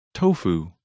Tofu